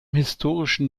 historischen